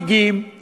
חברי חברי הכנסת,